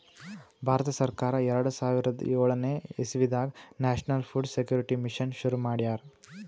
ಭಾರತ ಸರ್ಕಾರ್ ಎರಡ ಸಾವಿರದ್ ಯೋಳನೆ ಇಸವಿದಾಗ್ ನ್ಯಾಷನಲ್ ಫುಡ್ ಸೆಕ್ಯೂರಿಟಿ ಮಿಷನ್ ಶುರು ಮಾಡ್ಯಾರ್